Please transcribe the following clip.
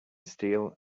steel